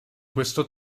questo